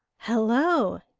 hello!